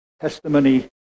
testimony